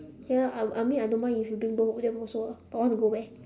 ya I will I mean I don't mind if you bring both of them also ah but want to go where